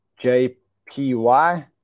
JPY